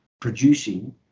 producing